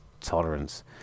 tolerance